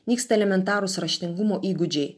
nyksta elementarūs raštingumo įgūdžiai